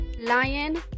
lion